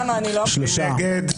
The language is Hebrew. מי נגד?